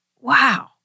wow